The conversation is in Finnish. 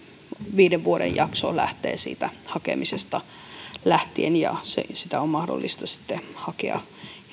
viiden vuoden jakso lähtee siitä hakemisesta lähtien ja sitä on mahdollista hakea